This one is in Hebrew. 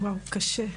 וואו, קשה.